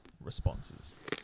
responses